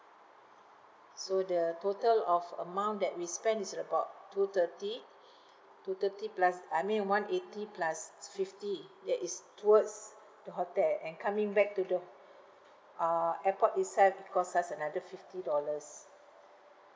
so the total of amount that we spent is about two thirty two thirty plus I mean one eighty plus fifty that is towards the hotel and coming back to the uh airport itself it costs us another fifty dollars